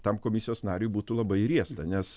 tam komisijos nariui būtų labai riesta nes